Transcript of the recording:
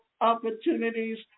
opportunities